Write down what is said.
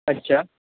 अच्छा